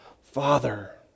Father